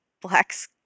Black's